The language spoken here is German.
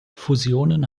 fusionen